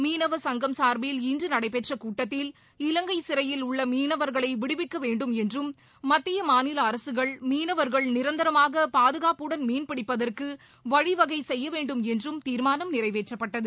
மீனவ சங்கம் சார்பில் இன்று நடைபெற்ற கூட்டத்தில் இலங்கை சிறையில் உள்ள மீனவர்களை விடுவிக்க வேண்டும் என்றும் மத்திய மாநில அரசுகள் மீனவர்கள் நிரந்தரமாக பாதுகாப்புடன் மீன் பிடிப்பதற்கு வழிவகை செய்ய வேண்டும் என்றும் தீர்மானம் நிறைவேற்றப்பட்டது